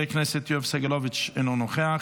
מוותר, חבר הכנסת יואב סגלוביץ' אינו נוכח,